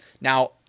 Now